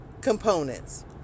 components